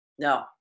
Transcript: No